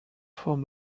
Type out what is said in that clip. from